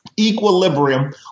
equilibrium